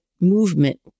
movement